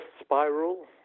spiral